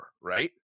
right